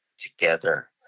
together